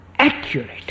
accurate